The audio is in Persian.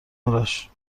آرش